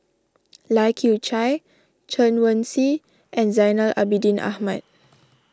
Lai Kew Chai Chen Wen Hsi and Zainal Abidin Ahmad